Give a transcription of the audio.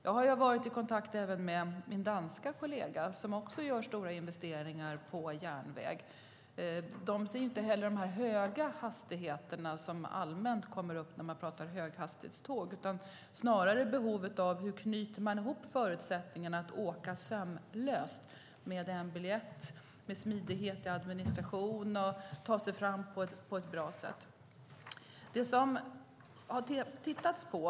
Jag har varit i kontakt även med min danska kollega, som också gör stora investeringar i järnvägen. Där poängterar man inte heller de höga hastigheter som allmänt kommer på tal när man pratar om höghastighetståg, utan snarare behovet av att kunna åka sömlöst med en biljett och ta sig fram på ett bra sätt med smidighet i administrationen.